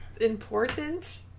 important